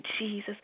Jesus